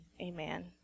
amen